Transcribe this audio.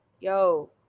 yo